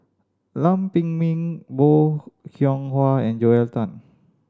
Lam Pin Min Bong Hiong Hwa and Joel Tan